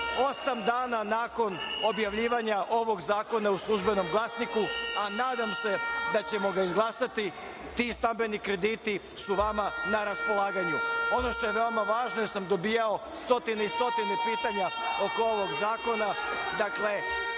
osam dana nakon objavljivanja ovog zakona u „Službenom glasniku“, a nadam se da ćemo ga izglasati. Ti stambeni krediti su vama na raspolaganju. Ono što je vama važno, jer samo dobijao stotine i stotine pitanja oko ovog zakona,